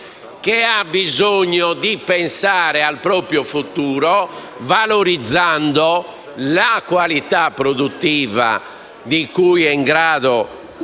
che ha bisogno di pensare al proprio futuro valorizzando la qualità produttiva che è in grado